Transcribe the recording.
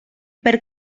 per